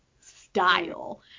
style